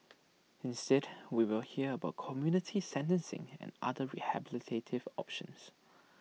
instead we will hear about community sentencing and other rehabilitative options